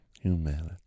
Humanity